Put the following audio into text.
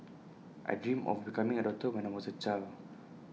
I dreamt of becoming A doctor when I was A child